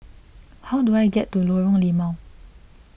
how do I get to Lorong Limau